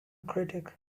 critic